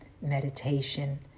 meditation